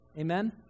Amen